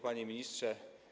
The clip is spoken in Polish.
Panie Ministrze!